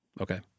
Okay